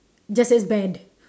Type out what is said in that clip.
just as bad